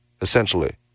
essentially